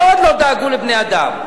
ומאוד לא דאגו לבני-אדם.